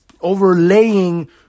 overlaying